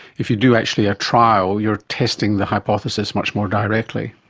if you do actually a trial, you are testing the hypothesis much more directly.